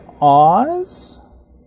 Oz